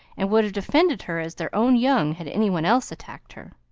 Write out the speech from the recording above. and would have defended her as their own young had anyone else attacked her.